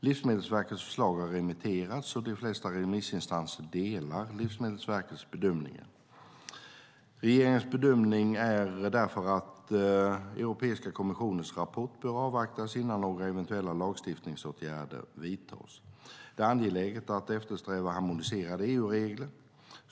Livsmedelsverkets förslag har remitterats, och de flesta remissinstanserna delar Livsmedelsverkets bedömningar. Regeringens bedömning är därför att Europeiska kommissionens rapport bör avvaktas innan några eventuella lagstiftningsåtgärder vidtas. Det är angeläget att eftersträva harmoniserade EU-regler.